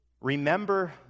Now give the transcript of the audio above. Remember